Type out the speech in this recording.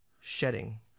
shedding